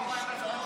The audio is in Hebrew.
הגשנו.